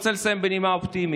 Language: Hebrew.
אני רוצה לסיים בנימה אופטימית.